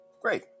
Great